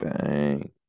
Bang